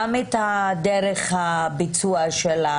גם את דרך הביצוע,